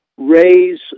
raise